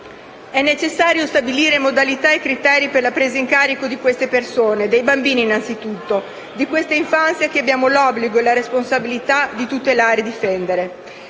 È necessario stabilire modalità e criteri per la presa in carico di queste persone, dei bambini innanzitutto, di questa infanzia che abbiamo l'obbligo e la responsabilità di tutelare e difendere.